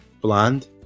bland